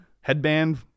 headband